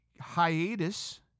hiatus